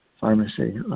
pharmacy